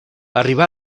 arribà